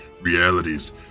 realities